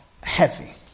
heavy